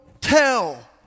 tell